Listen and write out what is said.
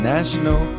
National